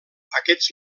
aquests